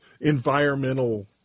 environmental